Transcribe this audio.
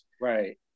right